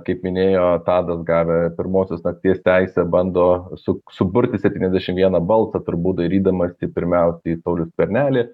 kaip minėjo tadas gavę pirmosios nakties teisę bando su suburti septyniasdešimt vieną balsą turbūt dairydamiesi pirmiausia į saulių skvernelį